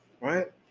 right